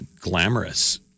glamorous